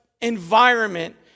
environment